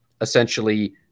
essentially